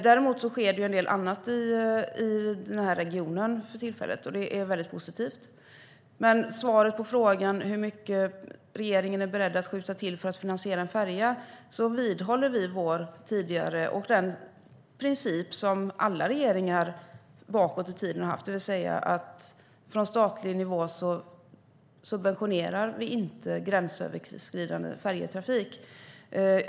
Däremot sker det för tillfället i den här regionen en del annat som är väldigt positivt. Jag fick frågan hur mycket regeringen är beredd att skjuta till för att finansiera en färja. Vi vidhåller den princip som alla regeringar bakåt i tiden haft, det vill säga att vi från statlig nivå inte subventionerar gränsöverskridande färjetrafik.